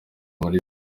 muri